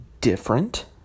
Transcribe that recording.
different